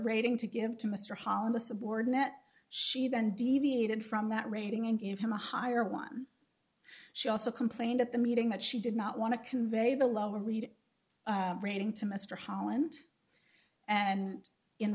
rating to give to mr hollis aboard that she then deviated from that rating and gave him a higher one she also complained at the meeting that she did not want to convey the lower reed rating to mr holland and in